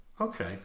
okay